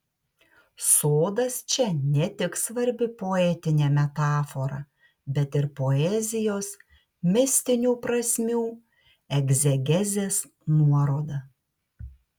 sodas čia ne tik svarbi poetinė metafora bet ir poezijos mistinių prasmių egzegezės nuoroda